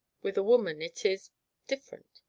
with a woman it is different.